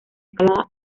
escala